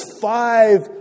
five